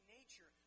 nature